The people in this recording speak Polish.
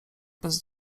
bez